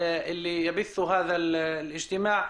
אני רוצה להעביר את רשות הדיבור לעמיתתי ממשרד הרווחה,